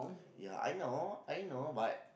ya I know I know but